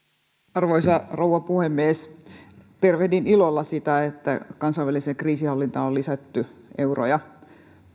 arvoisa rouva puhemies tervehdin ilolla sitä että kansainväliseen kriisinhallintaan on lisätty euroja